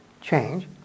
change